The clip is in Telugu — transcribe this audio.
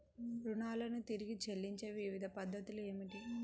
రుణాలను తిరిగి చెల్లించే వివిధ పద్ధతులు ఏమిటి?